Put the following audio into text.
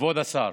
כבוד השר,